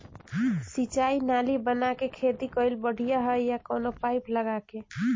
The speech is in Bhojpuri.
सिंचाई नाली बना के खेती कईल बढ़िया ह या कवनो पाइप लगा के?